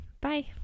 Bye